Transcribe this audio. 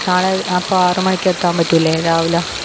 നാളെ അപ്പം ആറ് മണിക്ക് എത്താൻ പറ്റില്ലേ രാവിലെ